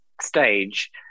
stage